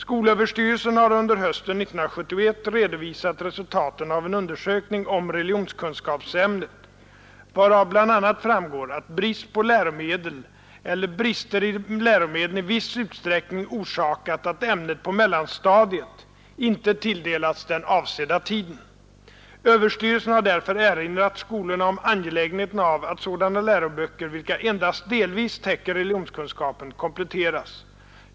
Skolöverstyrelsen har under hösten 1972 redovisat resultaten av en undersökning om religionskunskapsämnet, varav bl.a. framgår att brist på läromedel eller brister i läromedlen i viss utsträckning orsakat att ämnet på mellanstadiet inte tilldelats den avsedda tiden. Överstyrelsen har därför erinrat skolorna om angelägenheten av att sådana läroböcker, vilka endast delvis täcker religionskunskapen, kompletteras.